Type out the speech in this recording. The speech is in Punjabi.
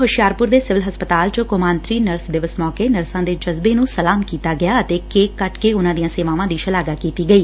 ਹੁਸ਼ਿਆਰਪੁਰ ਦੇ ਸਿਵਲ ਹਸਪਤਾਲ ਚ ਕੌਮਾਂਤਰੀ ਨਰਸ ਦਿਵਸ ਮੌਕੇ ਨਰਸਾਂ ਦੇ ਜਜ਼ਬੇ ਨੂੰ ਸਲਾਮ ਕੀਤਾ ਗਿਆ ਅਤੇ ਕੇਕ ਕੱਟ ਕੇ ਉਨਾਂ ਦੀਆਂ ਸੇਵਾਵਾਂ ਦੀ ਸ਼ਲਾਘਾ ਕੀਤੀ ਗਈ